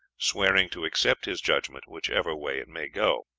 swearing to accept his judgment, whichever way it may go.